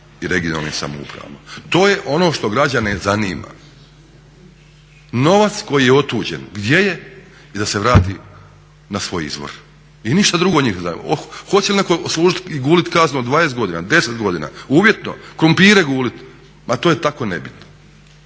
i regionalnim samoupravama. To je ono što građane zanima. Novac koji je otuđen gdje je i da se vrati na svoj izvor i ništa drugo njih ne zanima. Hoće li netko odslužiti i guliti kaznu od 20 godina, 10 godina, uvjetno, krumpire gulit, ma to je tako nebitno,